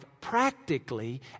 practically